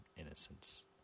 innocence